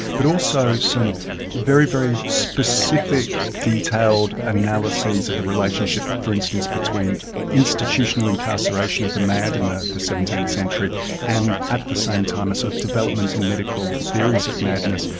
but also some very, very specific detailed analyses of the relationship for instance between institutional incarceration of the mad in the the seventeenth century and at the same time a sort of development in medical theories of madness,